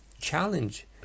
challenge